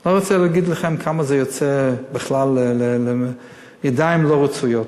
לא רוצה להגיד לכם כמה מזה יוצא בכלל לידיים לא רצויות,